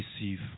receive